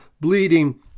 bleeding